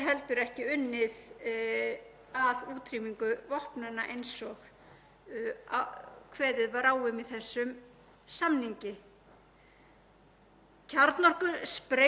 Kjarnorkusprengjum hefur að sönnu fækkað frá þeim tíma þegar þær voru flestar en